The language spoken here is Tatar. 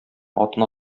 атына